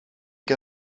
ken